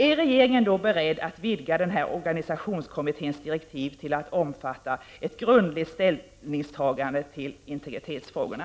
Är regeringen beredd att vidga organisationskommittens direktiv till att omfatta ett grundligt ställningstagande till integritetsfrågorna?